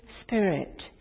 Spirit